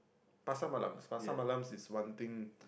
Pasar Malams Pasar Malams is one thing